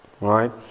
Right